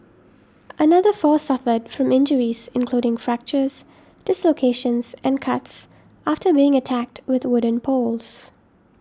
another four suffered from injuries including fractures dislocations and cuts after being attacked with wooden poles